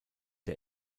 der